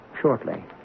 shortly